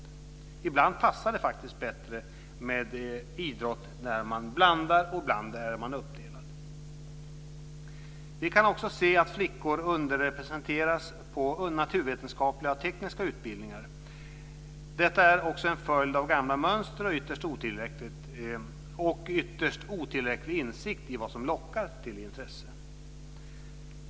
Ibland passar det faktiskt bättre med idrott när man blandar och ibland när man är uppdelad. Vi kan också se att flickor underrepresenteras på naturvetenskapliga och tekniska utbildningar. Detta är också en följd av gamla mönster och är en ytterst otillräcklig insikt i vad som lockar till intresse.